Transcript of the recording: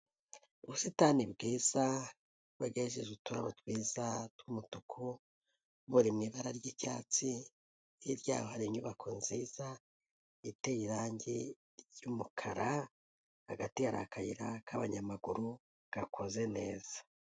ubusitani bwiza bagerageje uturaba tza twumutuku buri mu ibara ry'icyatsi ryabaye inyubako nziza iteye irangi ryyumukara hagati yari akayira k'abanyamaguru gakoze neza.